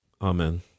Amen